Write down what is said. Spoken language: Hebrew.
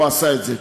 הוא עשה את זה.